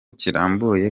kirambuye